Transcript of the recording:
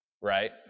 right